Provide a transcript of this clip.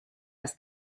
was